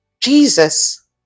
Jesus